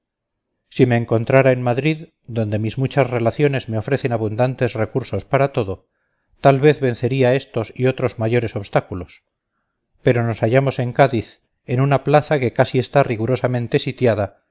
si me encontrara en madrid donde mis muchas relaciones me ofrecen abundantes recursos para todo tal vez vencería estos y otros mayores obstáculos pero nos hallamos en cádiz en una plaza que casi está rigurosamente sitiada